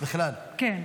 בכלל.